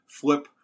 flip